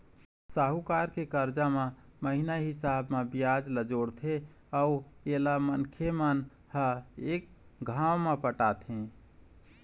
साहूकार के करजा म महिना हिसाब म बियाज ल जोड़थे अउ एला मनखे मन ह एक घांव म पटाथें